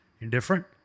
indifferent